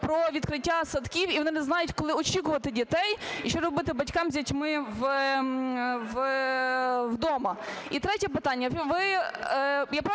про відкриття садків, і вони не знають, коли очікувати дітей. І що робити батькам з дітьми вдома? І третє питання. Ви… я